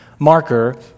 marker